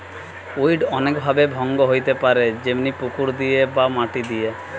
weed অনেক ভাবে ভঙ্গ হইতে পারে যেমনি পুকুর দিয়ে বা মাটি দিয়া